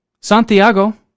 Santiago